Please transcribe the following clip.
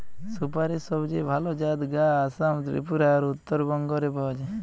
সুপারীর সবচেয়ে ভালা জাত গা আসাম, ত্রিপুরা আর উত্তরবঙ্গ রে পাওয়া যায়